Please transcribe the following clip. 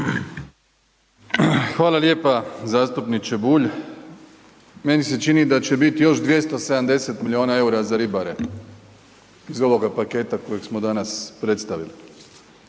Hvala lijepa zastupniče Bulj, meni se čini da će biti još 270 miliona EUR-a za ribare iz ovoga paketa kojeg smo danas predstavili.